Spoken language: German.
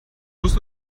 muss